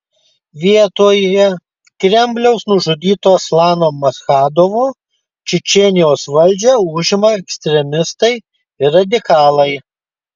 vietoje kremliaus nužudyto aslano maschadovo čečėnijos valdžią užima ekstremistai ir radikalai